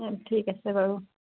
অ ঠিক আছে বাৰু